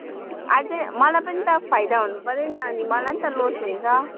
अझै मलाई पनि त फाइदा हुनुपर्यो नि अनि मलाई नि त लोस हुन्छ